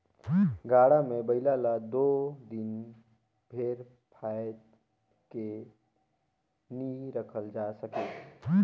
गाड़ा मे बइला ल दो दिन भेर फाएद के नी रखल जाए सके